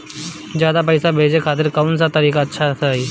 ज्यादा पईसा भेजे खातिर कौन सा तरीका अच्छा रही?